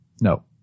No